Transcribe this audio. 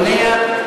מונע,